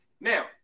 Now